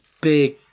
big